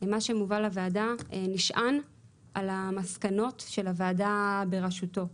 מה שמובא לוועדה נשען על המסקנות של הוועדה בראשותו.